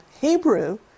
Hebrew